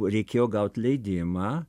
reikėjo gaut leidimą